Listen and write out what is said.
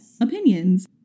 opinions